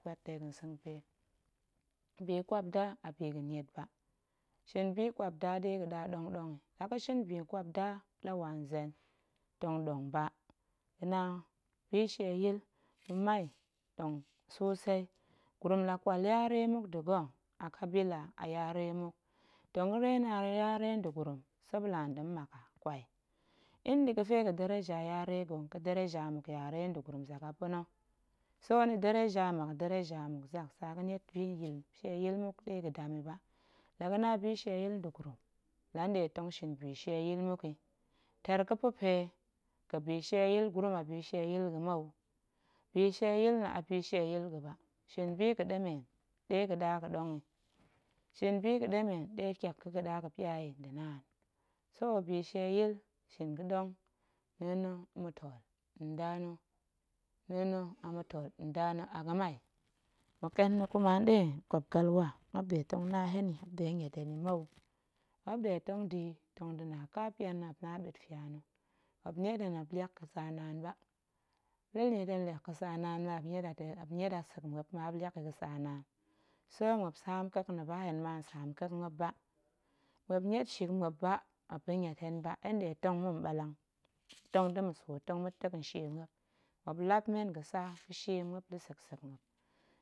Puat dega̱ sengpe, binƙwapda a bi ga̱n niet ba, shin biƙwapda ɗe ga̱ɗa ɗong ɗong yi, la ga̱shin binƙwapda la wa nzen tong ɗong ba, ga̱na bishieyil ga̱mai ɗong sosei, gurum la ƙwal yare muk nda̱ ga̱ a kabila a yare muk, tong ga̱rena yare nda̱gurum sobila nda̱ mmak haa, kwai in nda̱ ga̱fe ga̱dereja yare ga̱, ga̱dereja mmuk yare nda̱gurum zak a pa̱na̱, so ni dereja mmuk ga̱ dereja mmuk zak, tsa ga̱niet biyil shieyil muk ga̱dam yi ba, la ga̱na bishieyil nda̱gurum la nɗe tong shin bishieyil muk yi, teer ga̱pa̱ pe nbishieyil gurum a bishieyil ga̱ mou, bishieyil na̱ a bishieyil ga̱ ba, shin biga̱ɗemen ɗe ga̱ɗa ga̱ɗong yi, shin biga̱ɗemen ɗe tyak ga̱ ga̱ɗa ga̱pya yi nda̱ naan, so bishieyil shin ga̱ɗong, na̱a̱n na̱ ma̱tool, nda na̱ na̱a̱n na̱ a ma̱tool, nda na̱ a ga̱mai, ma̱ƙen na̱ kuma nɗe nƙwap galwa, tong na hen yi muop nɗe niet hen yi mou, muop nɗe tong da̱ yi tong da̱na ƙapyan na̱ nda̱ ɓetfia na̱, muop niet hen muop liak ga̱tsa naan ba, muop la niet hen liak ga̱tsa naan muop niet a sek muop liak yi ga̱tsa naan, ƙo muop saam ƙek na̱ ba, hen ma hen saam ƙek muop ba, muop niet nshik muop ba muop ba̱ niet hen ba, hen nɗe tong ma̱n ɓallang, ma̱swo tong ma̱tek a nshie muop, muop lap men ga̱tsa ga̱shie muop la̱ sek sek muop.